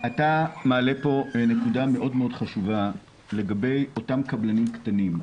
אתה מעלה נקודה חשובה מאוד לגבי אותם קבלנים קטנים.